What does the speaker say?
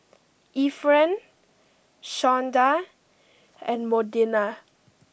Efren Shawnda and Modena